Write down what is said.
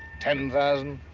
ten thousand?